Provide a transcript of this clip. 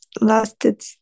lasted